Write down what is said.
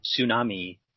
tsunami